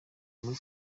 muri